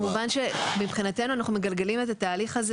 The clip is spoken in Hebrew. במובן שמבחינתנו אנחנו מגלגלים את התהליך הזה